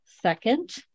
Second